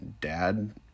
dad